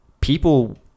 people